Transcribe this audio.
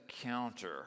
counter